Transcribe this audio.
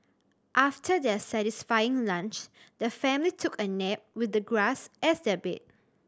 after their satisfying lunch the family took a nap with the grass as their bed